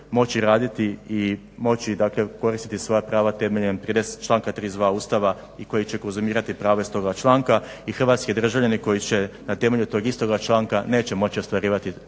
moći raditi i moći koristiti svoja prava temeljem članka 32. Ustava i koji će konzumirati prava iz toga članka i hrvatski državljani koji će na temelju tog istog članka neće moći ostvarivati